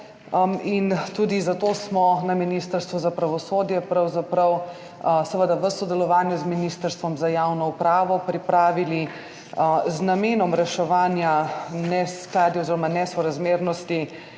In tudi zato smo na Ministrstvu za pravosodje, seveda v sodelovanju z Ministrstvom za javno upravo, z namenom reševanja neskladij oziroma nesorazmernosti